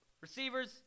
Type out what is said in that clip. Receivers